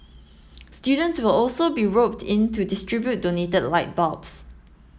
students will also be roped in to distribute donated light bulbs